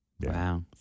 Wow